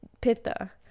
pitta